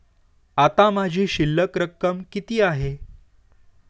आता माझी शिल्लक रक्कम किती आहे?